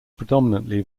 predominately